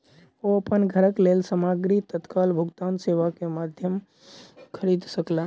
ओ अपन घरक लेल सामग्री तत्काल भुगतान सेवा के माध्यम खरीद सकला